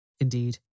Indeed